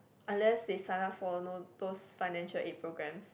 unless they sign up for know those financial aid program